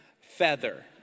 Feather